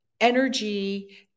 energy